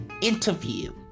interview